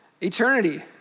eternity